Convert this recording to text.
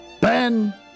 Ben